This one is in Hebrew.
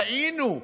טעינו,